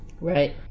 Right